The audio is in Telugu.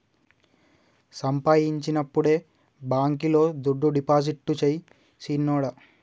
సంపాయించినప్పుడే బాంకీలో దుడ్డు డిపాజిట్టు సెయ్ సిన్నోడా